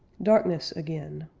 darkness again,